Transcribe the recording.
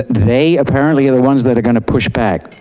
they apparently are the ones that are going to push back,